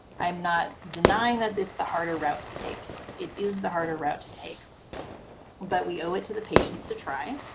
i'm not denying that it's the harder road to take it is the harder road to take but we owe it to the patients to try.